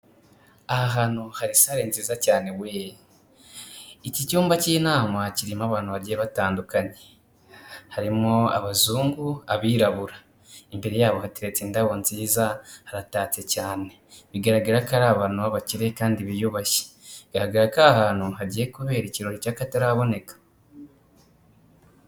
Aha hantu hari sare nziza cyane we, iki cyumba k'inama kirimo abantu bagiye batandukanye, harimo abazungu, abirabura, imbere yabo hateretse indabo nziza haratatse cyane bigaragara ko ari abantu b'abakire kandi biyubashye, bigaragara ko aha hantu hagiye kubera ikiro cy'akataraboneka.